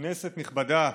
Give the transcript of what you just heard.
כנסת נכבדה,